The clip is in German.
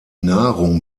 nahrung